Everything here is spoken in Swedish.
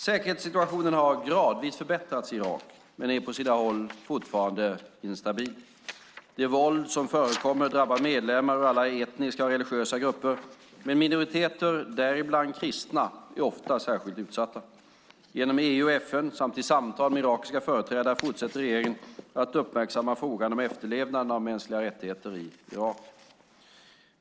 Säkerhetssituationen har gradvis förbättrats i Irak men är på sina håll fortfarande instabil. Det våld som förekommer drabbar medlemmar ur alla etniska och religiösa grupper, men minoriteter - däribland kristna - är ofta särskilt utsatta. Genom EU och FN samt i samtal med irakiska företrädare fortsätter regeringen att uppmärksamma frågan om efterlevnaden av mänskliga rättigheter i Irak.